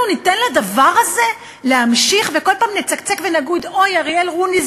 אנחנו ניתן לדבר הזה להמשיך וכל פעם נצקצק ונגיד: אוי אריאל רוניס,